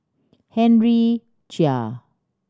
Henry Chia